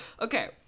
Okay